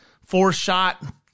four-shot